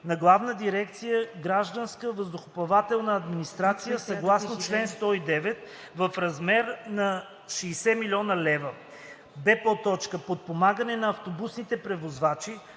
на Главна дирекция „Гражданска въздухоплавателна администрация съгласно чл. 109 - в размер до 60 000,0 хил. лв. б) подпомагане на автобусните превозвачи